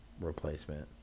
replacement